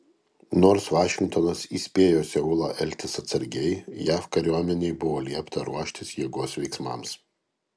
nors vašingtonas įspėjo seulą elgtis atsargiai jav kariuomenei buvo liepta ruoštis jėgos veiksmams